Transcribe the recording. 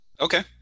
Okay